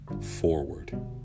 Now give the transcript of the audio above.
forward